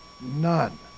None